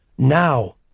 Now